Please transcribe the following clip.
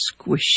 squishy